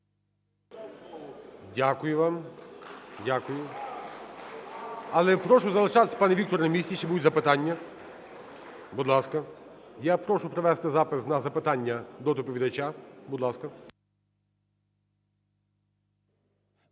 Дякую. Але прошу залишатися, пане Вікторе, на місці. Ще будуть запитання. Будь ласка. Я прошу провести запис на запитання до доповідача, будь ласка.